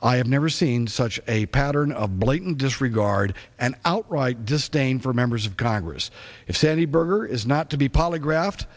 i have never seen such a pattern of blatant disregard and outright disdain for members of congress if sandy berger is not to be